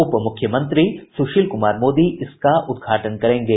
उप मुख्यमंत्री सुशील कुमार मोदी इसका उद्घाटन करेंगे